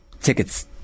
tickets